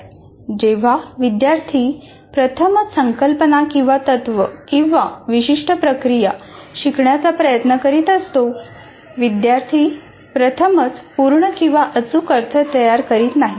' जेव्हा जेव्हा विद्यार्थी प्रथमच संकल्पना किंवा तत्त्व किंवा विशिष्ट प्रक्रिया शिकण्याचा प्रयत्न करीत असतो विद्यार्थी प्रथमच पूर्ण किंवा अचूक अर्थ तयार करीत नाही